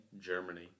Germany